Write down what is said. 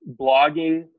blogging